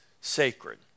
sacred